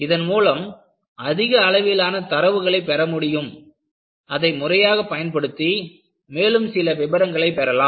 இதன் மூலம் அதிக அளவிலான தரவுகளை பெற முடியும் அதை முறையாக பயன்படுத்தி மேலும் சில விபரங்களை பெறலாம்